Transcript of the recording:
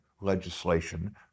legislation